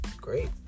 great